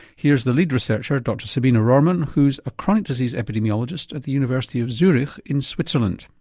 here's the lead researcher dr sabine rohrmann who's a chronic disease epidemiologist at the university of zurich in switzerland.